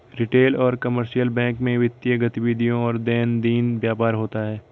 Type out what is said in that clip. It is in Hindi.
रिटेल और कमर्शियल बैंक में वित्तीय गतिविधियों और दैनंदिन व्यापार होता है